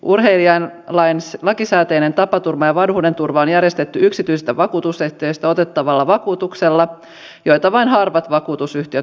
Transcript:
urheilijan lakisääteinen tapaturma ja vanhuudenturva on järjestetty yksityisestä vakuutusyhtiöstä otettavalla vakuutuksella jota vain harvat vakuutusyhtiöt myöntävät